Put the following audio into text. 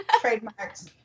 Trademarks